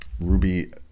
ruby